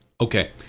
Okay